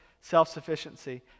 self-sufficiency